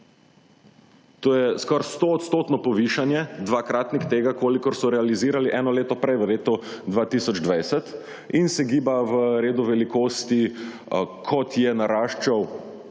To je skoraj 100 odstotno povišanje, dvakratnik tega kolikor so realizirali eno leto prej, v letu 2020, in se giba v redu velikosti kot je naraščal